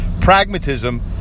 Pragmatism